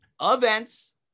events